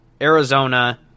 Arizona